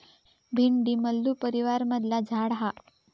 भेंडी मल्लू परीवारमधला झाड हा